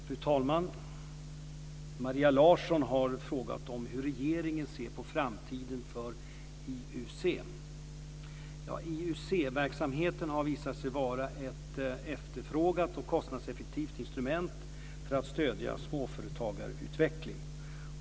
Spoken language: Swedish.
Fru talman! Maria Larsson har frågat om hur regeringen ser på framtiden för IUC. IUC-verksamheten har visat sig vara ett efterfrågat och kostnadseffektivt instrument för att stödja småföretagsutveckling.